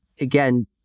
again